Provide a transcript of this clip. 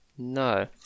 No